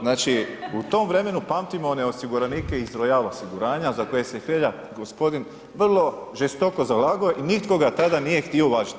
Znači, u tom vremenu pamtimo one osiguranike iz Royal osiguranja za koje se Hrelja gospodin vrlo žestoko zalagao i nitko ga tada nije htio uvažiti.